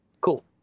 Cool